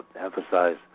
emphasize